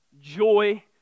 joy